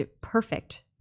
perfect